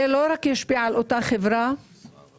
זה לא רק ישפיע על אותה חברה באופן